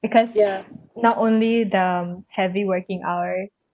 because not only the heavy working hours